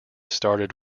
started